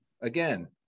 again